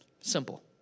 Simple